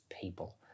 people